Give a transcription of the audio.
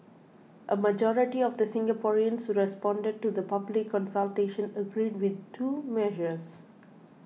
a majority of the Singaporeans who responded to the public consultation agreed with two measures